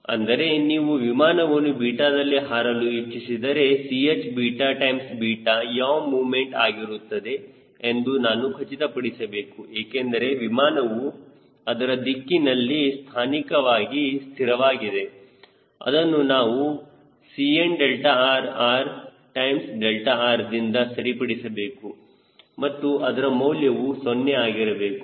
ಅಂದರೆ ನೀವು ವಿಮಾನವನ್ನು 𝛽ದಲ್ಲಿ ಹಾರಲು ಇಚ್ಚಿಸಿದರೆ Ch 𝛽 ಯಾ ಮೊಮೆಂಟ್ ಆಗಿರುತ್ತದೆ ಎಂದು ನಾನು ಖಚಿತಪಡಿಸಬೇಕು ಏಕೆಂದರೆ ವಿಮಾನವು ಅದರ ದಿಕ್ಕಿನಲ್ಲಿ ಸ್ಥಾನಿಕವಾಗಿ ಸ್ಥಿರವಾಗಿದೆ ಅದನ್ನು ನಾವು Cnrr ∗ 𝛿r ದಿಂದ ಸರಿಪಡಿಸಬೇಕು ಮತ್ತು ಅದರ ಮೌಲ್ಯವು 0 ಆಗಿರಬೇಕು